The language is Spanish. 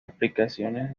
explicaciones